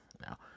Now